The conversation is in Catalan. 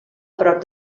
prop